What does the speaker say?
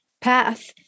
path